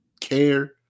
care